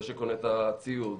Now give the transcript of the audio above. זה שקונה את הציוד,